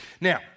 Now